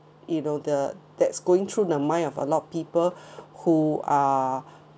you know the that's going through the mind of a lot people who are